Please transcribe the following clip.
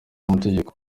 n’itegeko